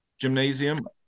gymnasium